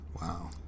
Wow